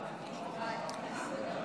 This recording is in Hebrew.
נתקבל.